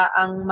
ang